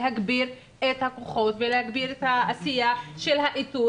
להגביר את הכוחות ואת העשייה של האיתור,